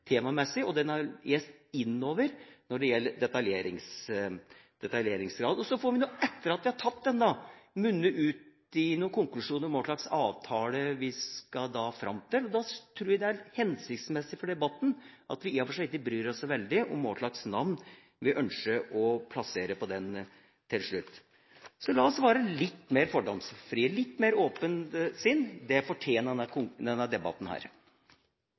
temamessig, og den har est innover når det gjelder detaljeringsgrad. Så får det, etter at vi har tatt debatten, munne ut i konklusjoner om hva slags avtale vi skal fram til. Da tror jeg det er hensiktsmessig for debatten at vi i og for seg ikke bryr oss så veldig om hva slags navn vi ønsker å plassere på den til slutt. Så la oss være litt mer fordomsfrie, ha litt mer åpne sinn. Det fortjener denne debatten.